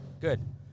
good